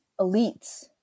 elites